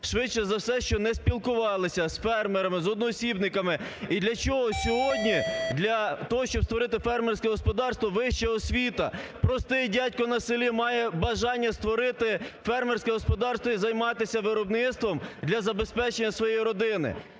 швидше за все, що не спілкувалися з фермерами, з одноосібниками. І для чого сьогодні, для того, щоб створити фермерське господарство вища освіта? Простий дядько на селі має бажання створити фермерське господарство і займатися виробництвом для забезпечення своєї родини.